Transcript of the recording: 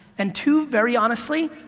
and two, very honestly,